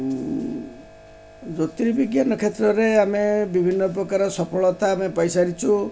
ଜ୍ୟୋତିର୍ବିଜ୍ଞାନ କ୍ଷେତ୍ରରେ ଆମେ ବିଭିନ୍ନ ପ୍ରକାର ସଫଳତା ଆମେ ପାଇସାାରିଛୁ